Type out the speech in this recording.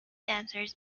dancers